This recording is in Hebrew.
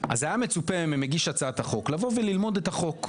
אז היה מצופה ממגיש הצעת החוק לבוא וללמוד את החוק,